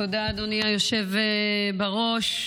תודה, אדוני היושב בראש.